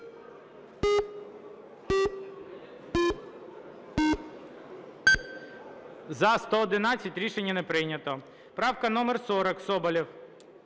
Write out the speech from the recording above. За-111 Рішення не прийнято. Правка номер 40, Соболєв.